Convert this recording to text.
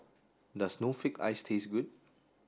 does snowflake ice taste good